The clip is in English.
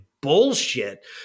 bullshit